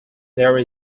there